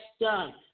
done